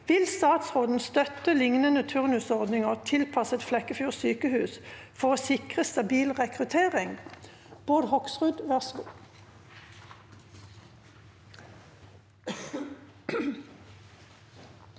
Vil statsråden støtte lignende turnusordninger tilpas- set Flekkefjord sykehus for å sikre stabil rekruttering?» Bård Hoksrud (FrP)